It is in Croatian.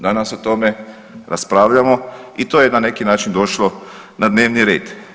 Danas o tome raspravljamo i to je na neki način došlo na dnevni red.